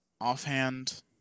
Offhand